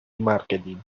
marketing